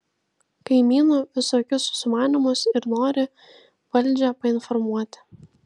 kaimynų visokius sumanymus ir norį valdžią painformuoti